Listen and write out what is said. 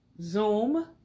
zoom